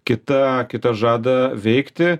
kita kita žada veikti